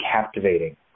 captivating